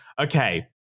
okay